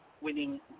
winning